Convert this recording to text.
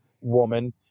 woman